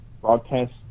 broadcast